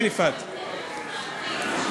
מה